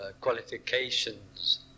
qualifications